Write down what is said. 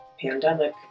pandemic